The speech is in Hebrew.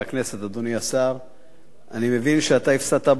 אני מבין שאתה הפסדת בהגרלה היום, אדוני השר.